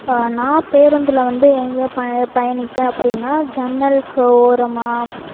நான் பேருந்தில் வந்து எங்கே பயணிப்பேன் அப்படின்னா ஜன்னலுக்கு ஓரமாக